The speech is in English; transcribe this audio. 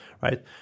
right